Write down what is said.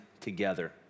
together